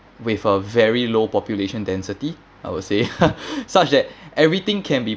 with a very low population density I would say such that everything can be